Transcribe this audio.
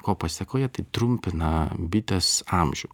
ko pasekoje tai trumpina bitės amžių